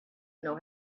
know